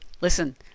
listen